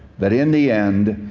that in the end,